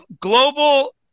global